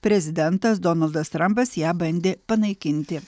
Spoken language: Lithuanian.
prezidentas donaldas trampas ją bandė panaikinti